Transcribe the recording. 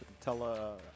tell